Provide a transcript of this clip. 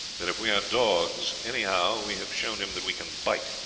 that if we are dogs, anyhow we have shown him that we can bite.